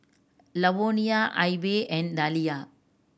Lavonia Ivey and Dalia